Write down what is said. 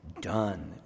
done